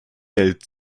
geld